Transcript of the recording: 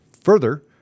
Further